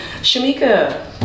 Shamika